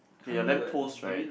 okay your lamp post right